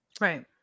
right